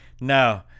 No